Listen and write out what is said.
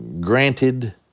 granted